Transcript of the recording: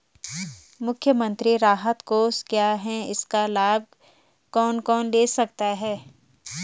मुख्यमंत्री राहत कोष क्या है इसका लाभ कौन कौन ले सकता है?